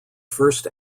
first